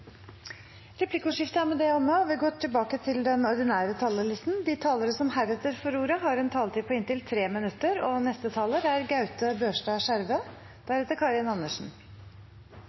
Replikkordskiftet er omme. De talere som heretter får ordet, har en taletid på inntil 3 minutter. Når vi nå er